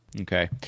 Okay